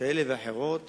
כאלה ואחרות